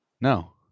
No